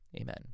Amen